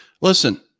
Listen